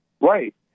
Right